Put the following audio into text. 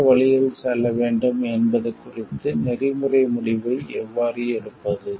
எந்த வழியில் செல்ல வேண்டும் என்பது குறித்து நெறிமுறை முடிவை எவ்வாறு எடுப்பது